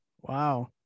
Wow